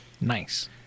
Nice